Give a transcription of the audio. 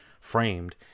framed